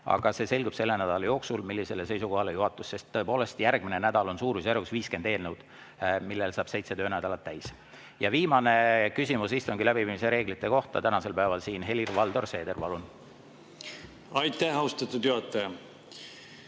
Aga see selgub selle nädala jooksul, millisele seisukohale juhatus [asub], sest tõepoolest, järgmine nädal on suurusjärgus 50 eelnõu, millel saab seitse töönädalat täis. Ja viimane küsimus istungi läbiviimise reeglite kohta tänasel päeval siin. Helir-Valdor Seeder, palun! Aitäh, austatud juhataja!